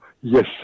yes